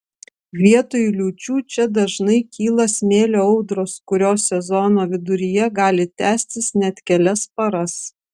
vietoj liūčių čia dažniau kyla smėlio audros kurios sezono viduryje gali tęstis net kelias paras